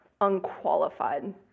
unqualified